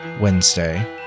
Wednesday